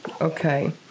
Okay